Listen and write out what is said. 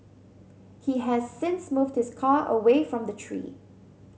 he has since moved his car away from the tree